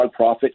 nonprofit